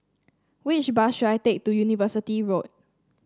which bus should I take to University Road